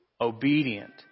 obedient